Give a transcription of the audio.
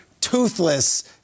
toothless